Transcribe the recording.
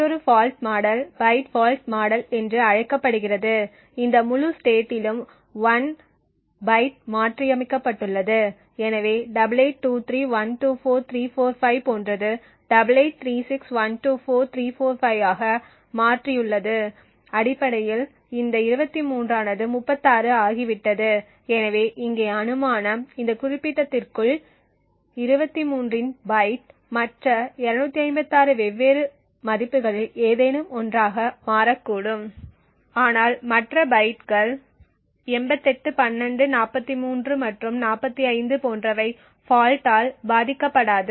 மற்றொரு fault model byte fault model என்று அழைக்கப்படுகிறது இந்த முழு ஸ்டேட்டிலும் 1 பைட் மாற்றியமைக்கப்பட்டுள்ளது எனவே 8823124345 போன்றது 8836124345 ஆக மாறியுள்ளது அடிப்படையில் இந்த 23 ஆனது 36 ஆகிவிட்டது எனவே இங்கே அனுமானம் இந்த குறிப்பிட்டத்திற்குள் 23 இன் பைட் மற்ற 255 வெவ்வேறு மதிப்புகளில் ஏதேனும் ஒன்றாக மாறக்கூடும் ஆனால் மற்ற பைட்டுகள் 88 12 43 மற்றும் 45 போன்றவை ஃபால்ட் ஆல் பாதிக்கப்படாது